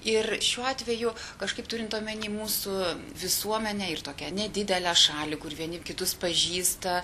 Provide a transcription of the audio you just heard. ir šiuo atveju kažkaip turint omeny mūsų visuomenę ir tokią nedidelę šalį kur vieni kitus pažįsta